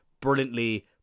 brilliantly